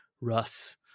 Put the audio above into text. russ